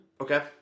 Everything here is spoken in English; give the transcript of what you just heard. okay